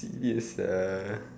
serious ah